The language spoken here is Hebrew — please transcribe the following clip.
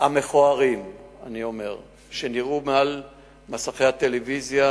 המכוערים שנראו מעל מסכי הטלוויזיה,